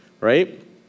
Right